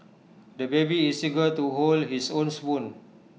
the baby is eager to hold his own spoon